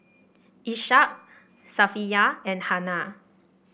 Ishak Safiya and Hana